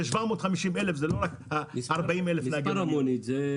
זה 750,000, זה לא רק 40,000 נהגי מונית.